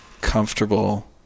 comfortable